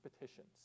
petitions